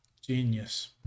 genius